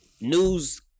news